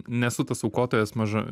nesu tas aukotojas maža